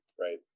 right